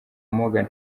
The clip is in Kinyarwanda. morgan